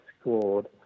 scored